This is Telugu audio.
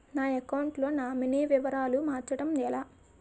నా అకౌంట్ లో నామినీ వివరాలు మార్చటం ఎలా?